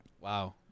wow